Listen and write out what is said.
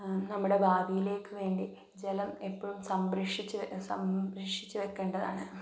നമ്മുടെ ഭാവിയിലേക്ക് വേണ്ടി എപ്പോഴും ജലം സംരക്ഷിച്ചു സംരക്ഷിച്ചു വെക്കേണ്ടതാണ്